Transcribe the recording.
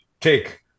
take